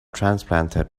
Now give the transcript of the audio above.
transplanted